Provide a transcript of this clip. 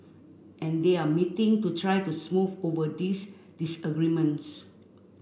and they are meeting to try to smooth over these disagreements